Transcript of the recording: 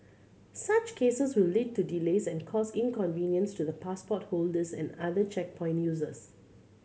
such cases will lead to delays and cause inconvenience to the passport holders and other checkpoint users